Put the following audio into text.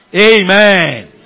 Amen